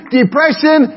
depression